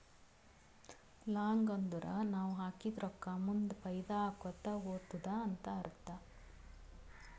long ಅಂದುರ್ ನಾವ್ ಹಾಕಿದ ರೊಕ್ಕಾ ಮುಂದ್ ಫೈದಾ ಆಕೋತಾ ಹೊತ್ತುದ ಅಂತ್ ಅರ್ಥ